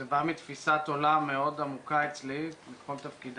זה השם המלא האמיתי, לא הכינוי.